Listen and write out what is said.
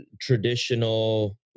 traditional